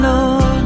Lord